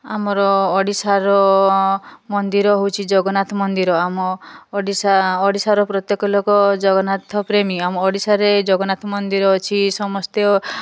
ଆମର ଓଡ଼ିଶାର ମନ୍ଦିର ହେଉଛି ଜଗନ୍ନାଥ ମନ୍ଦିର ଆମ ଓଡ଼ିଶା ଓଡ଼ିଶାର ପ୍ରତ୍ୟେକ ଲୋକ ଜଗନ୍ନାଥ ପ୍ରେମୀ ଆମ ଓଡ଼ିଶାରେ ଜଗନ୍ନାଥ ମନ୍ଦିର ଅଛି ସମସ୍ତେ